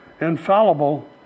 infallible